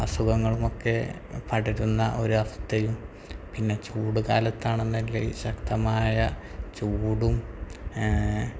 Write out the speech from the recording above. അസുഖങ്ങളുമൊക്കെ പടരുന്ന ഒരവസ്ഥയും പിന്നെ ചൂട് കാലത്താണെന്നെങ്കില് ശക്തമായ ചൂടും